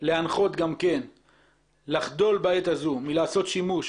להנחות לחדול בעת הזו מלעשות שימוש